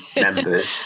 members